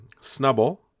Snubble